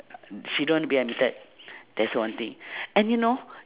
she don't want to be admitted that's one thing and you know